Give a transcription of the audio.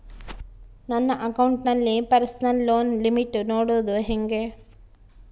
ನನ್ನ ಅಕೌಂಟಿನಲ್ಲಿ personal loan limit ನೋಡದು ಹೆಂಗೆ?